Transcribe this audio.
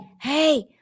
hey